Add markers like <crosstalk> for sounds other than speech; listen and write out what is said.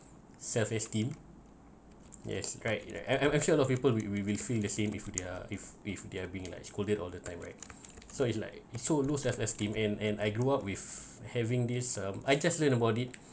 self esteem yes right I’m I’m I'm sure a lot a lot of people will will will feel the same if they're if if they're being like scolded all the time right <breath> so it's like it's so low self esteem and and I grew up with having this um I just learned about it